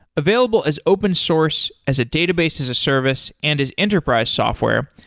available as open source, as a database, as a service and as enterprise software,